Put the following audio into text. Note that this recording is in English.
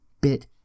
bit